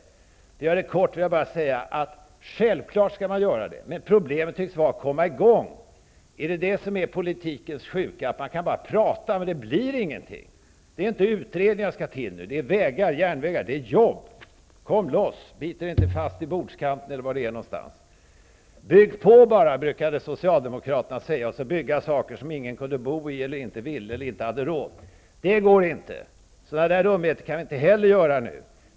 För att göra det kort vill jag bara säga att självklart skall vi göra sådana investeringar. Problemet tycks vara att det är svårt att komma i gång. Är det detta som är politikens sjuka att man bara kan prata men det blir ingenting? Det är inte utredningar som skall till, utan det är vägar, järnvägar och jobb. Kom loss, bit er inte fast i bordskanten eller var det än är någonstans. Bygg på bara, brukade socialdemokraterna säga och byggde bostäder som ingen kunde bo i, inte ville eller inte hade råd. Det går inte. Sådana dumheter kan vi inte göra nu.